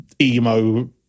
emo